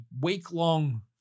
week-long